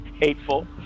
Hateful